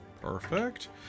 Perfect